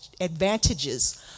advantages